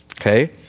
Okay